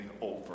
over